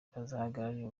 bazahagararira